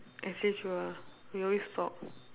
actually true ah we always talk